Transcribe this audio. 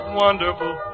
wonderful